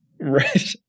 right